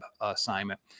assignment